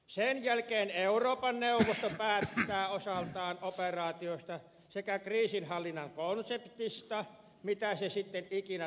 sen jälkeen euroopan neuvosto päättää osaltaan operaatiosta sekä kriisinhallinnan konseptista mitä se sitten ikinä tarkoittaneekaan